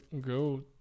go